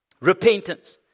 Repentance